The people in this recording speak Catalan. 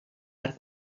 per